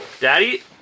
Daddy